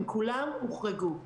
הם כולם הוחרגו.